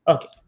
Okay